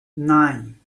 nine